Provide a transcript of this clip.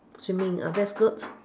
swimming ah that's good